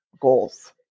goals